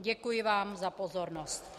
Děkuji vám za pozornost.